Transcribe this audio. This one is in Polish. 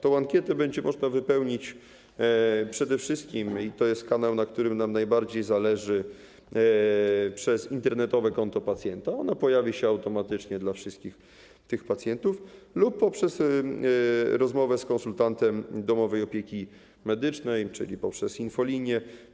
Tę ankietę będzie można wypełnić przede wszystkim, i to jest kanał, na którym nam najbardziej zależy, przez internetowe konto pacjenta - ona pojawi się automatycznie dla wszystkich tych pacjentów - lub poprzez rozmowę z konsultantem domowej opieki medycznej, czyli poprzez infolinię.